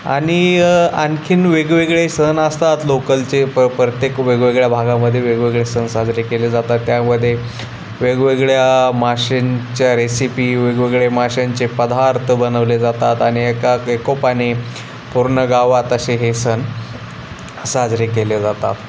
आणि आणखीन वेगवेगळे सण असतात लोकलचे प प्रत्येक वेगवेगळ्या भागामध्ये वेगवेगळे सण साजरे केले जातात त्यामध्ये वेगवेगळ्या माशांच्या रेसिपी वेगवेगळे माशांचे पदार्थ बनवले जातात आणि एका एकोप्याने पूर्ण गावात असे हे सण साजरे केले जातात